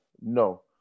No